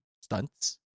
stunts